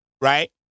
right